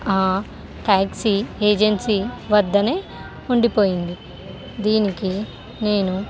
ఆ taxi agency వద్దనే ఉండిపోయింది దీనికి నేను